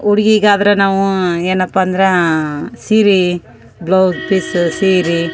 ಹುಡ್ಗಿಗಾದ್ರ ನಾವು ಏನಪ್ಪ ಅಂದ್ರೆ ಸೀರೆ ಬ್ಲೌಸ್ ಪೀಸ್ ಸೀರೆ